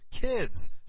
Kids